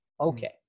okay